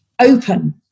open